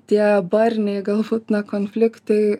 tie barniai galbūt na konfliktai